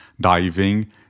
diving